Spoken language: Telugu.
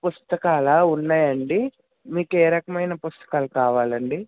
పుస్తకాలా ఉన్నాయండి మీకు ఏ రకమైన పుస్తకాలు కావాలండి